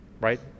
right